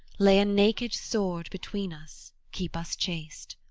lay a naked sword between us, keep us chaste.